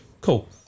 cool